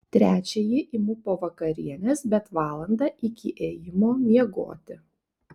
trečiąjį imu po vakarienės bet valandą iki ėjimo miegoti